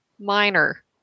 minor